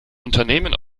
unternehmen